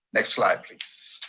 next slide please.